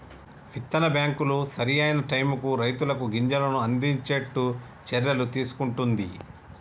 విత్తన బ్యాంకులు సరి అయిన టైముకు రైతులకు గింజలను అందిచేట్టు చర్యలు తీసుకుంటున్ది